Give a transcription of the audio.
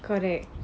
correct